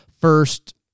first